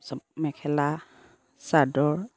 চব মেখেলা চাদৰ